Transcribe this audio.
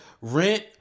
rent